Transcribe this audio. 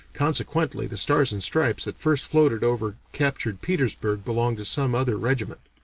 consequently the stars and stripes that first floated over captured petersburg belonged to some other regiment.